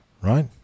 right